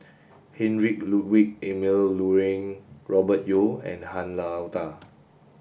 Heinrich Ludwig Emil Luering Robert Yeo and Han Lao Da